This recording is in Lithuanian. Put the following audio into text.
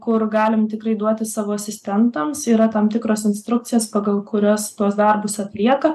kur galim tikrai duoti savo asistentams yra tam tikros instrukcijos pagal kurias tuos darbus atlieka